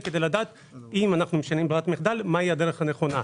כדי לדעת אם אנחנו משנים ברירת מחדל מה היא הדרך הנכונה,